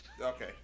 Okay